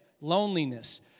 loneliness